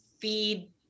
feed